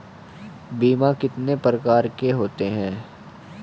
बीमा कितने प्रकार के होते हैं?